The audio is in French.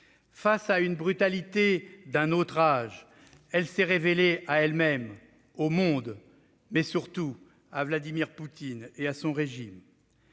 Face à une brutalité d'un autre âge, elle s'est révélée à elle-même, au monde et surtout à Vladimir Poutine et à son régime.